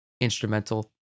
instrumental